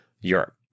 Europe